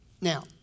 Now